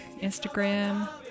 Instagram